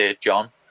John